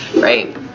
right